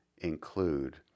include